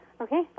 Okay